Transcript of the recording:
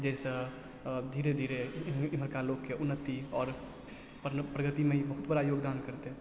जैसँ धीरे धीरे इमहरका लोकके उन्नति आओर प्रगतिमे ई बहुत बड़ा योगदान करतइ